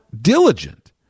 diligent